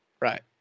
right